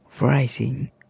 rising